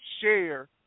share